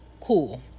Cool